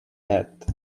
hat